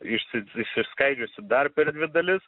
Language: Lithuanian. išsis išsiskaidžiusi dar per dvi dalis